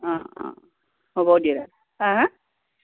অ অ হ'ব দিয়া হা হা